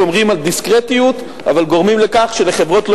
שומרים על דיסקרטיות אבל גורמים לכך שלחברות לא